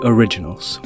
Originals